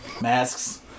masks